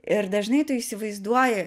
ir dažnai tu įsivaizduoji